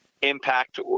impact